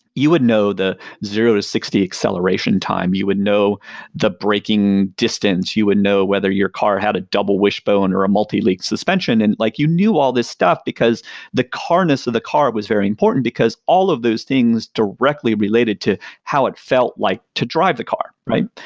you would know the zero to sixty acceleration time, you would know the braking distance, you would know whether your car had a double wishbone, or a multi-leak suspension. and like you knew all this stuff, because the carness of the car was very important, because all of those things directly related to how it felt like to drive the car, right?